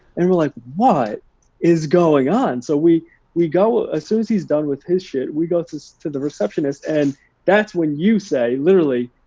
and we're like, what is going on? so we we go, as ah ah soon as he's done with his shit, we go to to the receptionist, and that's when you say, literally,